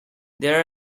there